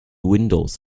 windows